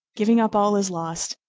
giving up all as lost,